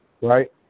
right